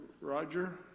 Roger